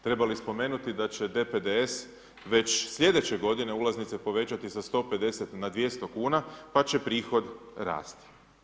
Treba li spomenuti da će DPDS već slijedeće godine ulaznice povećati sa 150 na 200 kn pa će prihod rasti.